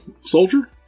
Soldier